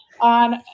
on